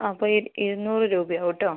ആ അപ്പോൾ ഇരുന്നൂറ് രൂപ ആവൂട്ടോ